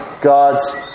God's